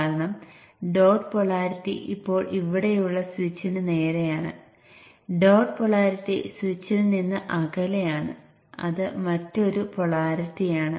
അവ mutually exclusive ആയിരിക്കണം